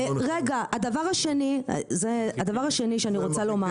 רגע, הדבר השני, זה הדבר השני שאני רוצה לומר.